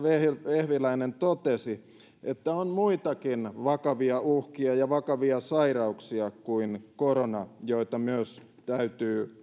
vehviläinen totesi on muitakin vakavia uhkia ja vakavia sairauksia kuin korona joita myös täytyy